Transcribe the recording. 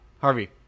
Harvey